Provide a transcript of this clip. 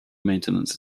maintenance